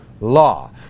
Law